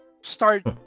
start